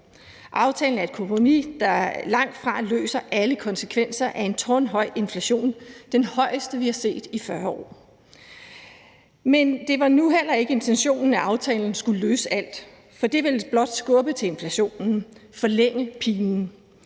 Aftalen er et kompromis, der langtfra løser det i forhold til alle konsekvenser af en tårnhøj inflation – den højeste, vi har set i 40 år. Men det var nu heller ikke intentionen, at aftalen skulle løse alt, for det vil blot skubbe til inflationen og forlænge pinen.